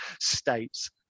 states